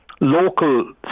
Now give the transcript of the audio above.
local